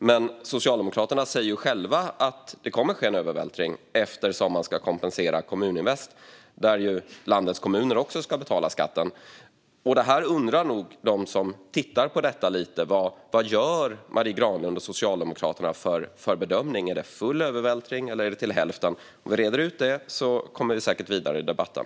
Men Socialdemokraterna säger ju själva att det kommer att ske en övervältring eftersom man ska kompensera Kommuninvest, där landets kommuner också ska betala skatten. Det här undrar nog de som tittar på detta lite över. Vad gör Marie Granlund och Socialdemokraterna för bedömning? Är det full övervältring, eller är det till hälften? Om vi reder ut det kommer vi säkert vidare i debatten.